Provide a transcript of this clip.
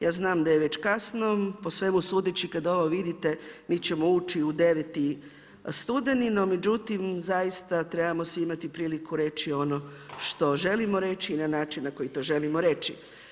Ja znam da je već kasno, po svemu sudeći kad ovo vidite mi ćemo ući u 9. studeni, međutim, zaista trebamo svi imati priliku reći ono što želimo reći i na način na koji to želimo reći.